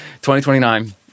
2029